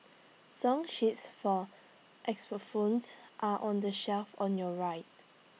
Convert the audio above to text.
song sheets for xylophones are on the shelf on your right